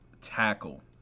tackle